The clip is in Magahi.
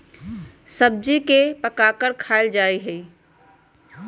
सब्जी के पकाकर खायल जा हई